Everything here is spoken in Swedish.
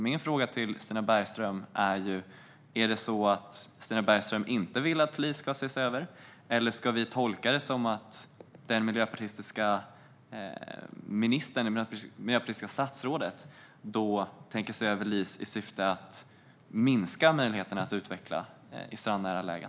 Min fråga till Stina Bergström är: Vill Stina Bergström inte att LIS ska ses över, eller ska vi tolka det som att det miljöpartistiska statsrådet tänker se över LIS i syfte att minska möjligheterna till utveckling i strandnära lägen?